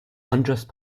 unjust